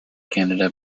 canada